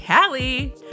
Callie